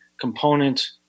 component